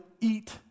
eat